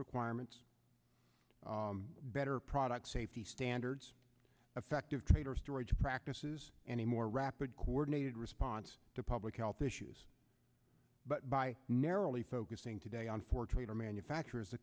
requirements better product safety standards affective trade or storage practices any more rapid coordinated response to public health issues but by narrowly focusing today on four trader manufacturers the